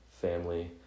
Family